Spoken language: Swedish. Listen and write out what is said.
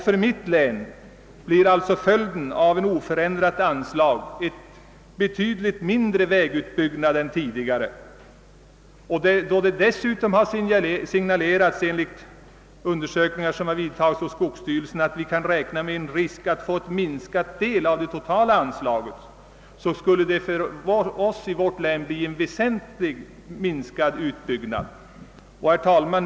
För mitt län blir därför följden av ett oförändrat anslag en betydligt mindre vägutbyggnad än tidigare, särskilt som vi, enligt undersökningar som gjorts hos skogsstyrelsen, kan räkna med risken att få en minskad del av det totala anslaget. Herr talman!